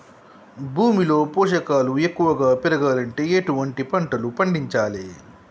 భూమిలో పోషకాలు ఎక్కువగా పెరగాలంటే ఎటువంటి పంటలు పండించాలే?